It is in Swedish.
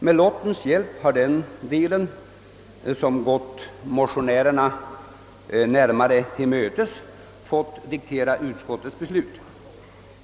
Med lottens hjälp har den delen, som gått motionärerna närmare till mötes, fått diktera utskottets beslut.